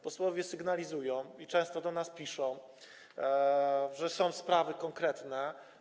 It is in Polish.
Posłowie sygnalizują i często do nas piszą, że są to sprawy konkretne.